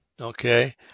okay